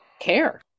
care